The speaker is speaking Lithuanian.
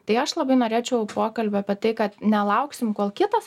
tai aš labai norėčiau pokalbio apie tai kad nelauksim kol kitas